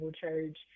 church